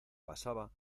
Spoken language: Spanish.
pasaba